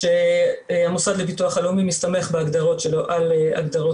כשהמוסד לביטוח הלאומי מסתמך בהגדרות שלו על הגדרות